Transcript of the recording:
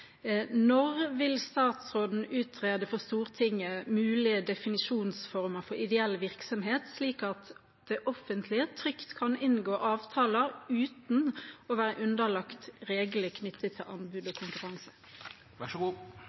Når vil statsråden utrede for Stortinget mulige definisjonsformer for ideell virksomhet, slik at det offentlige trygt kan inngå avtaler uten å være underlagt reglene knyttet til anbud og konkurranse?